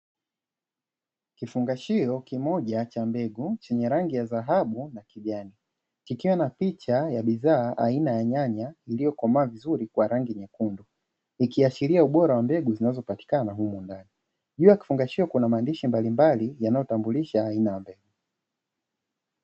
Kifungashio kimoja cha mbegu chenye rangi ya dhahabu na kijani kikiwa na picha ya bidhaa ya aina ya nyanya iliyo komaa vizuri kwa rangi nyekundu, ikiashiria ubora wa mbegu zinazo patikana humo ndani, juu ya kifungashio kuna maandishi mbalimbali yanayotambulisha aina ya mbegu.